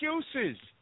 excuses